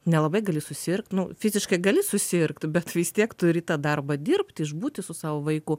nelabai gali susirgt nu fiziškai gali susirgt bet vis tiek turi tą darbą dirbti išbūti su savo vaiku